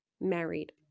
married